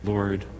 Lord